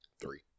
Three